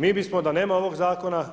Mi bismo, da nema ovog zakona,